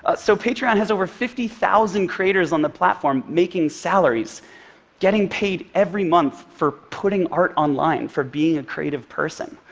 ah so, patreon has over fifty thousand creators on the platform making salaries getting paid every month for putting art online, for being a creative person.